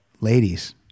ladies